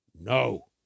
no